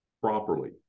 properly